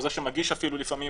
או זה שמגיש לפעמים